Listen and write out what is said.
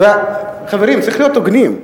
חברים, צריך להיות הוגנים.